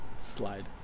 Slide